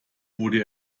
wurde